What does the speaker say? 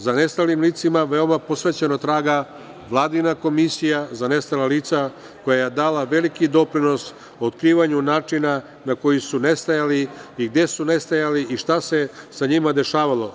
Za nestalim licima veoma posvećeno traga Vladina Komisija za nestala lica, koja je dala veliki doprinos otkrivanju način na koji su nestajali i gde su nestajali, šta se sa njima dešavalo.